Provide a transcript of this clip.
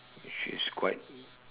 which is quite